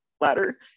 ladder